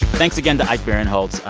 thanks again to ike barinholtz.